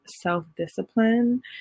self-discipline